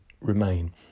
remain